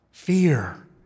fear